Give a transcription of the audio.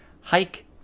hike